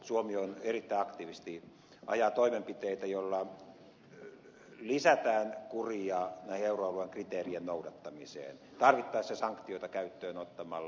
suomi erittäin aktiivisesti ajaa toimenpiteitä joilla lisätään kuria euroalueiden kriteerien noudattamiseen tarvittaessa sanktioita käyttöön ottamalla